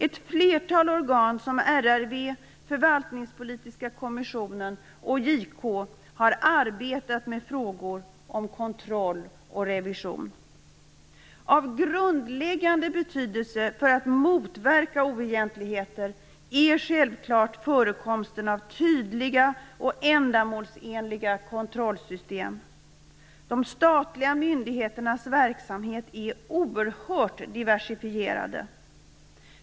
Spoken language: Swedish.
Ett flertal organ som RRV, Förvaltningspolitiska kommissionen och JK har arbetat med frågor om kontroll och revision. Av grundläggande betydelse för att motverka oegentligheter är självklart förekomsten av tydliga och ändamålsenliga kontrollsystem. De statliga myndigheternas verksamheter är oerhört diversifierade.